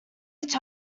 each